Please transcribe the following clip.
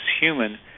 human